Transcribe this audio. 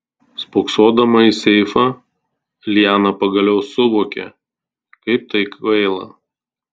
spoksodama į seifą liana pagaliau suvokė kaip tai kvaila